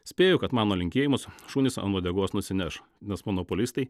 spėju kad mano linkėjimus šunys ant uodegos nusineš nes monopolistai